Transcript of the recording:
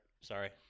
Sorry